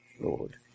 Lord